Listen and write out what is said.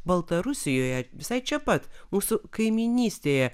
baltarusijoje visai čia pat mūsų kaimynystėje